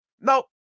No